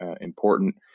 important